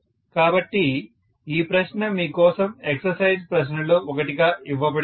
కాబట్టి ఈ ప్రశ్న మీ కోసం ఎక్సర్సైజ్ ప్రశ్నలలో ఒకటిగా ఇవ్వబడింది